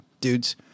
dudes